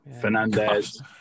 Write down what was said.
Fernandez